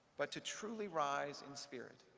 but to truly rise in spirit,